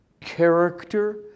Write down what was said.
character